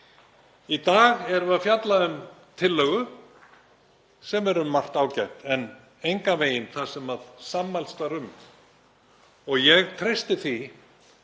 Í dag erum við að fjalla um tillögu sem er um margt ágæt en engan veginn það sem sammælst var um. Ég treysti því